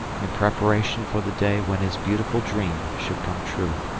in preparation for the day when his beautiful dream should come true.